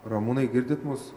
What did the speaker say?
ramūnai girdit mus